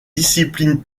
disciplines